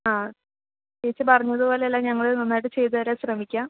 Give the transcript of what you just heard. ആ ചേച്ചി പറഞ്ഞതുപോലെ എല്ലാം ഞങ്ങള് നന്നായിട്ട് ചെയ്തുതരാന് ശ്രമിക്കാം